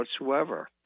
whatsoever